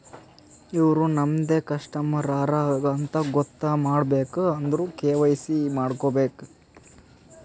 ಇವ್ರು ನಮ್ದೆ ಕಸ್ಟಮರ್ ಹರಾ ಅಂತ್ ಗೊತ್ತ ಮಾಡ್ಕೋಬೇಕ್ ಅಂದುರ್ ಕೆ.ವೈ.ಸಿ ಮಾಡ್ಕೋಬೇಕ್